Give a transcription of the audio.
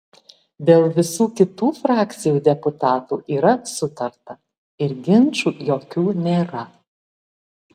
dėl visų kitų frakcijų deputatų yra sutarta ir ginčų jokių nėra